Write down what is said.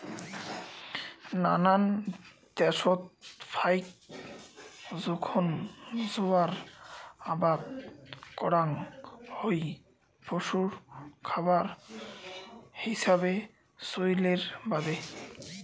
নানান দ্যাশত ফাইক জোখন জোয়ার আবাদ করাং হই পশু খাবার হিছাবে চইলের বাদে